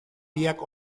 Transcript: biak